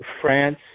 France